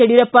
Yediyurappa